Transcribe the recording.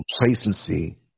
complacency